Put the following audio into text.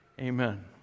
Amen